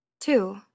Two